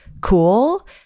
cool